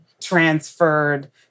transferred